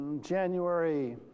January